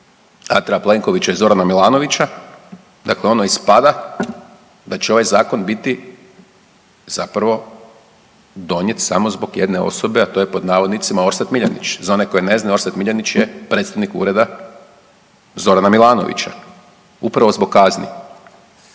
Plenkovića i Zorana Milanovića dakle ono ispada da će ovaj zakon biti zapravo donijet samo zbog jedne osobe, a to je pod navodnicima Orsat Miljenić. Za one koji ne znaju Orsat Miljanić je predstojnik ureda Zorana Milanovića. Upravo zbog kazni.